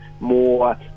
more